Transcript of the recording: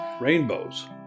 rainbows